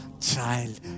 child